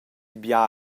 bia